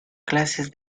clases